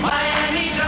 Miami